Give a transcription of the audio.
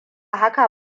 haka